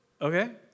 okay